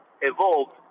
evolved